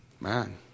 Man